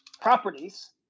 properties